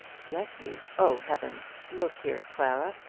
let you oh, heavens! look here, clara.